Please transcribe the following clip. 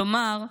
כלומר,